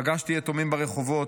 פגשתי יתומים ברחובות,